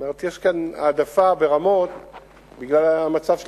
בהיקפים חסרי